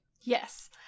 Yes